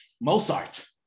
Mozart